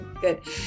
good